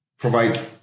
provide